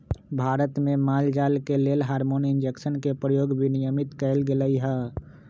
भारत में माल जाल के लेल हार्मोन इंजेक्शन के प्रयोग विनियमित कएल गेलई ह